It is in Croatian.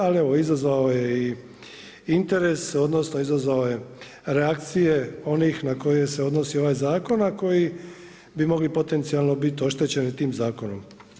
Ali evo izazvao je i interes, odnosno izazvao je reakcije onih na koje se odnosi ovaj zakon a koji bi mogli potencijalno biti oštećeni tim zakonom.